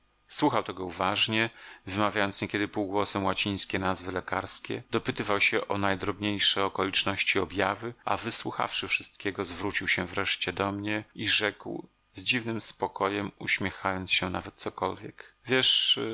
słuchał tego uważnie wymawiając niekiedy półgłosem łacińskie nazwy lekarskie dopytywał się o najdrobniejsze okoliczności i objawy a wysłuchawszy wszystkiego zwrócił się wreszcie do mnie i rzekł z dziwnym spokojem uśmiechając się nawet cokolwiek